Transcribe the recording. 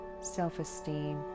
self-esteem